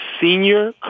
senior